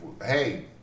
hey